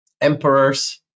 emperors